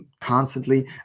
constantly